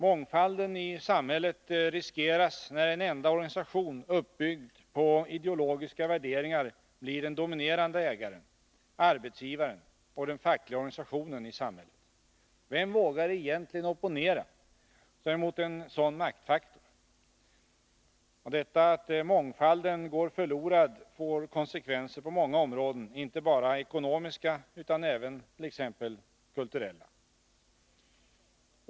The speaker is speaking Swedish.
Mångfalden i samhället riskeras när en enda organisation, uppbyggd på ideologiska värderingar, blir den dominerande ägaren, arbetsgivaren och den fackliga organisationen i samhället. Vem vågar egentligen opponera sig mot en sådan maktfaktor? Detta att mångfalden går förlorad får konsekvenser på många områden, inte bara ekonomiska utan även t.ex. kulturella.